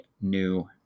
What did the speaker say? new